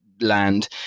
land